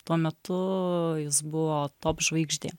tuo metu jis buvo top žvaigždė